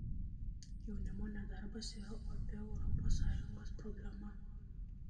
jaunimo nedarbas yra opi europos sąjungos problema